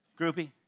Groupie